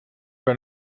been